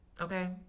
okay